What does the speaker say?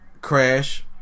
Crash